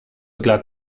glad